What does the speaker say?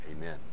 Amen